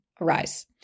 arise